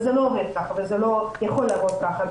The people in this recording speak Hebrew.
זה לא עובד ככה, זה לא יכול לעבוד ככה.